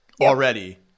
already